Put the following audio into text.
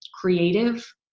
creative